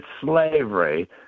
slavery –